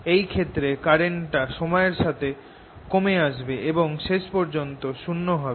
এই ক্ষেত্রে কারেন্টটা সময়ের সাথে কমে আসবে এবং শেষ পর্যন্ত শূন্য হবে